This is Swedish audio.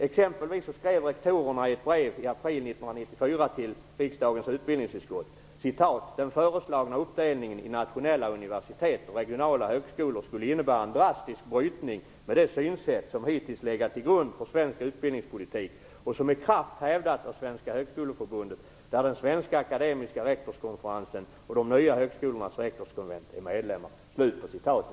Bl.a. skrev rektorerna i ett brev i april 1994 till riksdagens utbildningsutskott: "Den föreslagna uppdelningen i nationella universitet och regionala högskolor skulle innebära en drastisk brytning med det synsätt som hittills legat till grund för svensk utbildningspolitik och som med kraft hävdats av Svenska Högskoleförbundet, där den svenska akademiska rektorskonferensen och de nya högskolornas rektorskonvent är medlemmar."